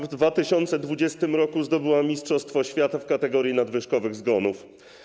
W 2020 r. Polska zdobyła mistrzostwo świata w kategorii nadwyżkowych zgonów.